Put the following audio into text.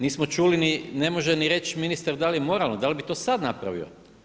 Nismo čuli ni, ne može ni reći ministar da li je moralno, da li bi to sad napravio.